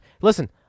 Listen